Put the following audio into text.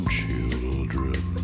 children